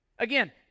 Again